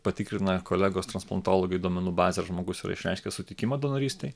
patikrina kolegos transplantologai duomenų bazę ar žmogus yra išreiškęs sutikimą donorystei